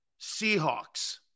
Seahawks